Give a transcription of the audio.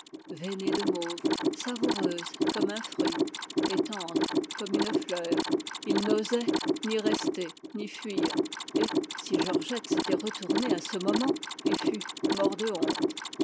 veinée de mauve savoureuse comme un fruit et tendre comme une fleur il n'osait ni rester ni fuir et si georgette s'était retournée à ce moment il fût mort de honte